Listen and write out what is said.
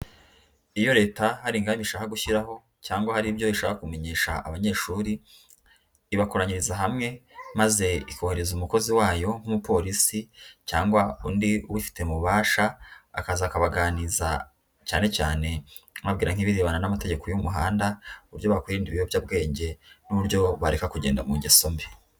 Iyo Leta hari ingamba ishaka gushyiraho, cyangwa hari ibyo ishaka kumenyesha abanyeshuri, ibakoranyiriza hamwe, maze ikohereza umukozi wayo nk'umupolisi, cyangwa undi ubifite mu bubasha, akaza akabaganiriza, cyane cyane, ababwira nk'ibirebana n'amategeko y'umuhanda, uburyo bakwirinda ibiyobyabwenge n'uburyo bareka kugenda mu ngeso mbi.